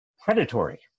predatory